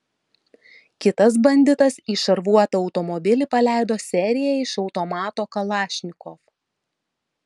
kitas banditas į šarvuotą automobilį paleido seriją iš automato kalašnikov